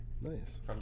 Nice